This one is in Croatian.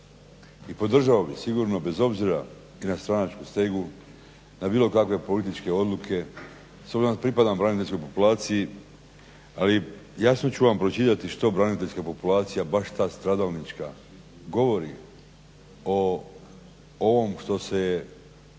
i podržavam ga sigurno bez obzira na stranačku stegu na bilo kakve političke odluke. S obzirom da pripadam braniteljskoj populaciji ali jasno ću vam pročitati što braniteljska populacija baš ta stradalnička govori o ovom što s